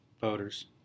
Voters